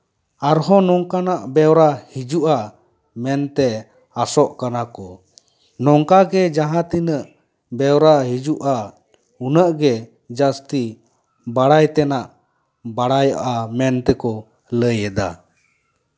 ᱟᱨᱦᱚᱸ ᱱᱚᱝᱠᱟᱱᱟᱜ ᱵᱮᱣᱨᱟ ᱦᱤᱡᱩᱜᱼᱟ ᱢᱮᱱᱛᱮ ᱟᱥᱚᱜ ᱠᱟᱱᱟ ᱠᱚ ᱱᱚᱝᱠᱟᱜᱮ ᱡᱟᱦᱟᱸ ᱛᱤᱱᱟᱹᱜ ᱵᱮᱣᱨᱟ ᱦᱤᱡᱩᱜᱼᱟ ᱩᱱᱟᱹᱜ ᱜᱮ ᱡᱟᱹᱥᱛᱤ ᱵᱟᱲᱟᱭ ᱛᱮᱱᱟᱜ ᱵᱟᱲᱟᱭᱚᱜᱼᱟ ᱢᱮᱱ ᱛᱮᱠᱚ ᱞᱟᱹᱭᱮᱫᱟ